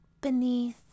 beneath